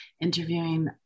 interviewing